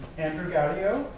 andrew gaudio,